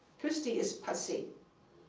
christy is passe.